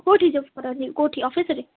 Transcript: କେଉଁଠି ଜବ୍ କରନ୍ତି କେଉଁଠି ଅଫିସ୍ରେ